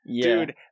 Dude